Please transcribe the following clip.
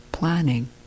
planning